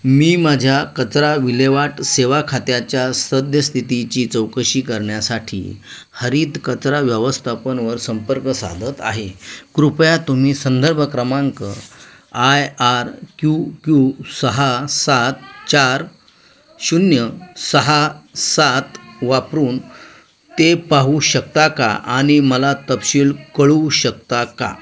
मी माझ्या कचरा विल्हेवाट सेवा खात्याच्या सद्यस्थितीची चौकशी करण्यासाठी हरित कचरा व्यवस्थापनवर संपर्क साधत आहे कृपया तुम्ही संदर्भ क्रमांक आय आर क्यू क्यू सहा सात चार शून्य सहा सात वापरून ते पाहू शकता का आणि मला तपशील कळवू शकता का